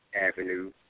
avenue